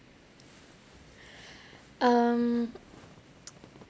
um